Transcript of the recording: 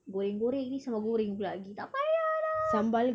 goreng goreng ni sambal goreng pula lagi tak payah lah